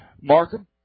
Markham